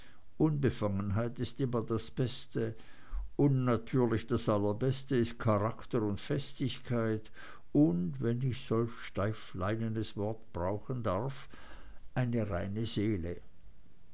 unbefangenheit ist immer das beste natürlich das allerbeste ist charakter und festigkeit und wenn ich solch steifleinenes wort brauchen darf eine reine seele